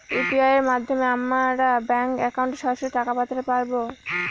UPI এর মাধ্যমে আমরা ব্যাঙ্ক একাউন্টে সরাসরি টাকা পাঠাতে পারবো?